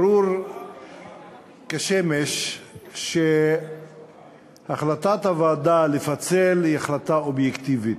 ברור כשמש שהחלטת הוועדה לפצל היא החלטה אובייקטיבית,